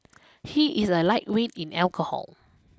he is a lightweight in alcohol